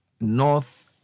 North